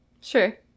Sure